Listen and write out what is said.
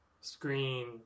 screen